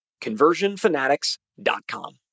conversionfanatics.com